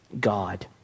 God